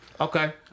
Okay